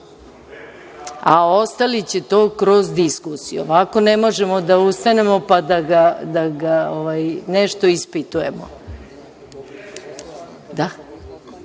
a ostali će to kroz diskusiju, ovako ne možemo da ustanemo pa da ga nešto ispitujemo.(Boško